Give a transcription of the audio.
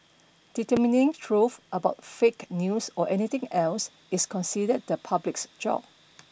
determining truth about fake news or anything else is considered the public's job